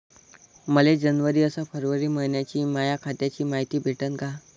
मले जनवरी अस फरवरी मइन्याची माया खात्याची मायती भेटन का?